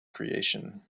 creation